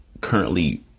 currently